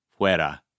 Fuera